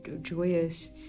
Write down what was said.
joyous